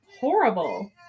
horrible